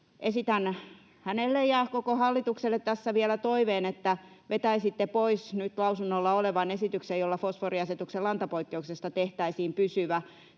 esitän hänelle ja koko hallitukselle tässä vielä toiveen, että vetäisitte pois nyt lausunnolla olevan esityksen, jolla fosforiasetuksen lantapoikkeuksesta tehtäisiin pysyvä.